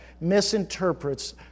misinterprets